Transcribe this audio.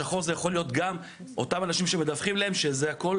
השחור יכול להיות גם אותם אנשים שמדווחים להם שזה הכול,